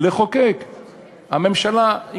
למה לא אישרתם את החוק כשהייתם בממשלה?